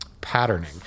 patterning